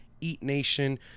EatNation